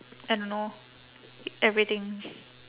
I don't know everything